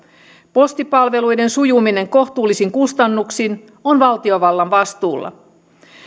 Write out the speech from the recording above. postipalveluiden sujuminen kohtuullisin kustannuksin on valtiovallan vastuulla